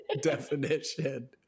definition